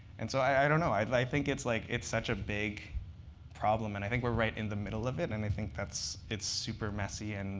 and so i don't know. i but i think it's like it's such a big problem. and i think we're right in the middle of it, and i think it's super messy. and